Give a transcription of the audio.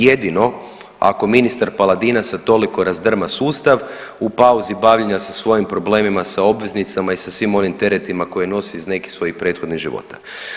Jedino ako ministar Paladina sad razdrma sustav, u pauzi bavljenja sa svojim problemima sa obveznicama i sa svim onim teretima koje nosi iz nekih svojih prethodnih života.